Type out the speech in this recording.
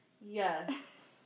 Yes